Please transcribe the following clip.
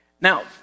Now